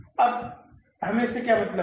अब हमें इससे क्या मतलब है